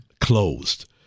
closed